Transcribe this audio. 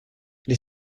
les